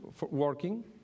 working